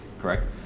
correct